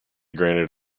granted